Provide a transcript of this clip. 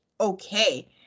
okay